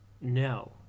no